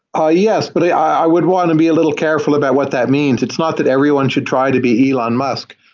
ah yes, but i would want to be a little careful about what that means. it's not that everyone should try to be elon musk,